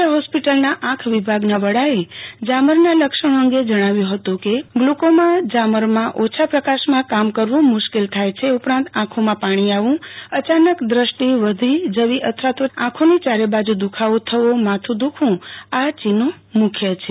general હોસ્પિટલની આંખ વિભાગના વડાએ ઝામરના લક્ષણો અંગે જણાવ્યુ હતું કે ઝ્લુકોમાં ઝામરમાં ઓછા પ્રકાશમાં કામ કરવું મુશ્કેલ થાય છે ઉપરાંત આંખોમાં પાણી આવવું અયાનક દ્રષ્ટિ ઘટી જવી આંખોની યારે બાજુ દૂખાવો થવો અને માથું દ્રૃખવું તેના મુખ્ય ચિહ્નો છે